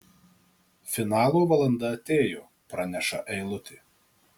finalo valanda atėjo praneša eilutė